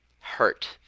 hurt